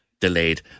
delayed